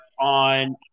on